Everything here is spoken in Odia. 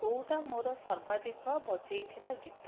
କେଉଁଟା ମୋର ସର୍ବାଧିକ ବଜାଇଥିବା ଗୀତ